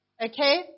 okay